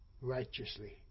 righteously